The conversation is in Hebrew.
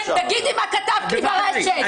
כן, תגידי מה כתבת לי ברשת.